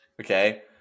Okay